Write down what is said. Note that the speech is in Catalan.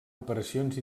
operacions